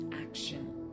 action